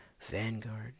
Vanguard